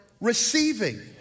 receiving